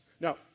Now